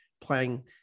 playing